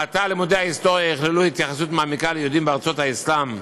מעתה לימודי ההיסטוריה יכללו התייחסות מעמיקה ליהודים בארצות האסלאם,